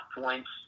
points